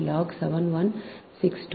602 மில்லி ஹென்றிக்கு சமம்